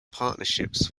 partnerships